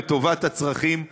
לטובת הצרכים שלה.